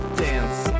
dance